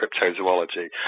cryptozoology